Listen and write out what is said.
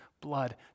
blood